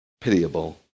pitiable